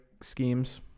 schemes